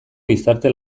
gizarte